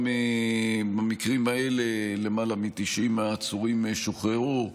גם במקרים האלה למעלה מ-90 העצורים שוחררו.